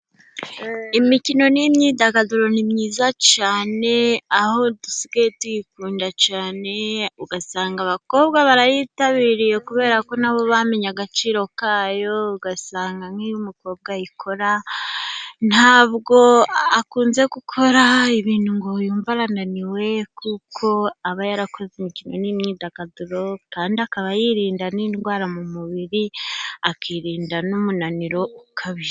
Imikino n'imyidagaduro ni myiza cyane aho dusigaye tuyikunda cyane ugasanga abakobwa barayitabiriye kubera ko nabo bamenye agaciro kayo ugasanga nk'iyo umukobwa ayikora ntabwo akunze gukora ibintu ngo yumva arananiwe kuko aba yarakoze imikino n'imyidagaduro kandi akaba yirinda n'indwara mu mubiri akirinda n'umunaniro ukabije.